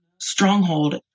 stronghold